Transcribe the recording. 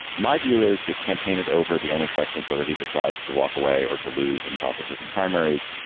my view is his campaign is over the only question is whether he decides to walk away or to lose in caucuses and primaries.